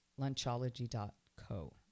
lunchology.co